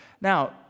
Now